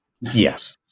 yes